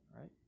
right